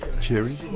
Cheery